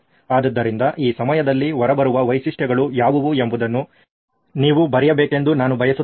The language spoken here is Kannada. ಆದ್ದರಿಂದ ಈ ಸಮಯದಲ್ಲಿ ಹೊರಬರುವ ವೈಶಿಷ್ಟ್ಯಗಳು ಯಾವುವು ಎಂಬುದನ್ನು ನೀವು ಬರೆಯಬೇಕೆಂದು ನಾನು ಬಯಸುತ್ತೇನೆ